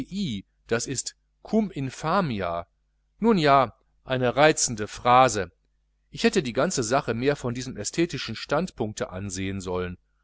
das ist cum infamia nun ja eine reizende phrase ich hätte die ganze sache mehr von diesem ästhetischen standpunkte ansehen sollen